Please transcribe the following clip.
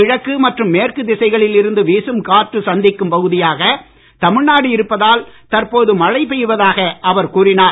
கிழக்கு மற்றும் மேற்கு திசைகளில் இருந்து வீசும் காற்று சந்திக்கும் பகுதியாக தமிழ்நாடு இருப்பதால் தற்போது மழை பெய்வதாக அவர் கூறினார்